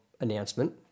announcement